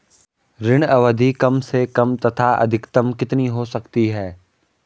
ऋण अवधि कम से कम तथा अधिकतम कितनी हो सकती है?